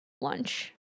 lunch